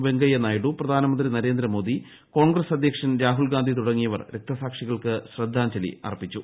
വെങ്കയ്യ നായിഡു പ്രധാനമന്ത്രി നരേന്ദ്രമോദി കോൺഗ്രസ് അധ്യക്ഷൻ രാഹുൽഗാന്ധി തുടങ്ങിയവർ രക്തസാക്ഷികൾക്ക് ശ്രദ്ധാജ്ഞലി അർപ്പിച്ചു